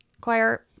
Choir